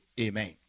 amen